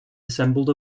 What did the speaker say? assembled